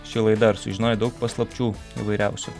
ši laida ar sužinojai daug paslapčių įvairiausių